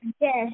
yes